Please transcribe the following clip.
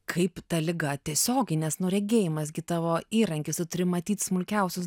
kaip ta liga tiesiogiai nes nu regėjimas gi tavo įrankis tu turi matyt smulkiausius